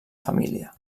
família